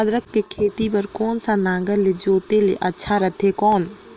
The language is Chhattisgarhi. अदरक के खेती बार कोन सा नागर ले जोते ले अच्छा रथे कौन?